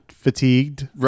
fatigued